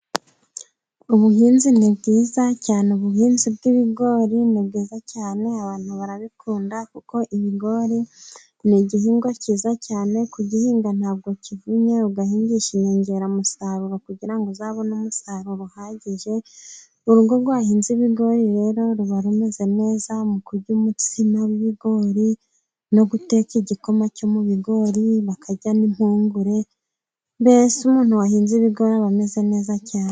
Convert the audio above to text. Ubuhinzi ni bwiza cyane, ubuhinzi bw'ibigori ni bwiza cyane abantu barabikunda, kuko ibigori ni igihingwa cyiza cyane ku gihinga ntabwo kivunye, ugahindisha inyongeramusaruro kugira ngo uzabone umusaruro uhagije, urugo rwahinze ibiingori rero ruba rumeze neza mu kurya umutsima w'ibigori no guteka igikoma cy'umubigori bakajya n'impungure, mbese umuntu wahinze ibigori ba ame neza cyane.